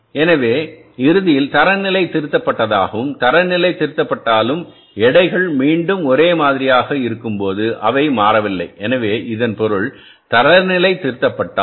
எனவே இறுதியில் தரநிலை திருத்தப்பட்டதாகவும் தரநிலை திருத்தப்பட்டாலும் எடைகள் மீண்டும் ஒரே மாதிரியாகவும் இருக்கும்போது அவை மாறவில்லை எனவே இதன் பொருள் தரநிலை திருத்தப்பட்டால்